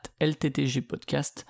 LTTGpodcast